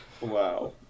Wow